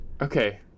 Okay